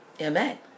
Amen